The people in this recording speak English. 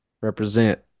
represent